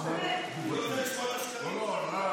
בזמן תגובתי.